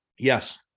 yes